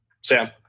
Sam